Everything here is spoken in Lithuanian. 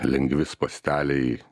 lengvi spąsteliai